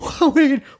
Wait